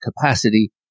capacity